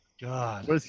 God